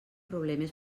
problemes